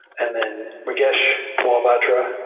and then mrugesh mohapatra.